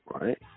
Right